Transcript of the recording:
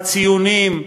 הציונים,